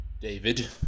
David